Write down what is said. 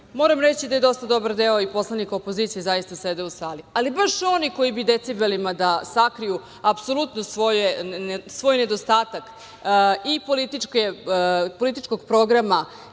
reći da je dosta dobar deo i poslanika opozicije zaista sedeo u sali, ali baš ono koji bi decibelima da sakriju svoj nedostatak i političkog programa